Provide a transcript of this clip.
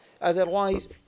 Otherwise